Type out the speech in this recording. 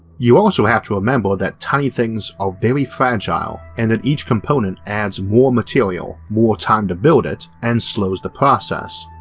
you also have to remember that tiny things are very fragile and that each component adds more material, more time to build it, and slows the process.